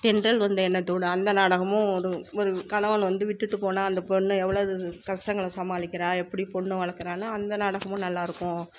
தென்றல் வந்து என்னை தொடும் அந்த நாடகமும் ஒரு ஒரு கணவன் வந்து விட்டுட்டு போனால் அந்த பொண்ணு எவ்வளோ இது கஷ்டங்களை சமாளிக்கிறா எப்படி பொண்ணு வளக்கிறானு அந்த நாடகமும் நல்லாயிருக்கும்